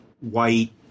white